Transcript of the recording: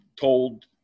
told